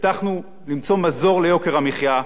הבטחנו למצוא מזור ליוקר המחיה,